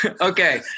Okay